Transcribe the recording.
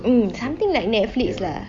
mm something like Netflix ah